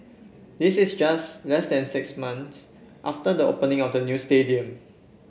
this is just less than six months after the opening of the new stadium